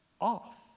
off